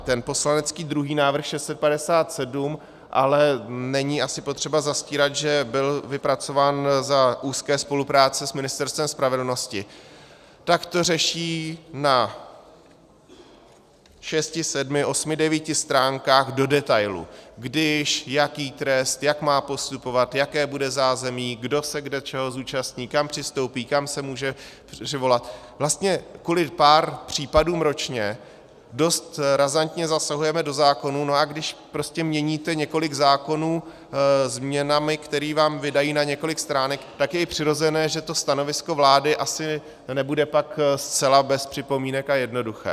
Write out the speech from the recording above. Ten poslanecký druhý návrh, 657, ale není asi potřeba zastírat, že byl vypracován za úzké spolupráce s Ministerstvem spravedlnosti, to řeší na šesti, sedmi, osmi, devíti stránkách do detailu, když, jaký trest, jak má postupovat, jaké bude zázemí, kdo se kde čeho zúčastní, kam přistoupí, kam se může přivolat vlastně kvůli pár případům ročně dost razantně zasahujeme do zákonů ,a když prostě měníte několik zákonů změnami, které vám vydají na několik stránek, tak je přirozené, že to stanovisko vlády asi nebude tak zcela bez připomínek a jednoduché.